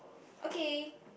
okay